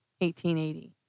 1880